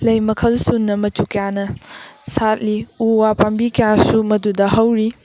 ꯂꯩ ꯃꯈꯜ ꯁꯨꯅ ꯃꯆꯨ ꯀꯌꯥꯅ ꯁꯥꯠꯂꯤ ꯎ ꯋꯥ ꯄꯥꯝꯕꯤ ꯀꯌꯥꯁꯨ ꯃꯗꯨꯗ ꯍꯧꯔꯤ